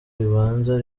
ribanza